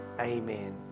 Amen